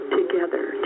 together